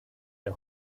der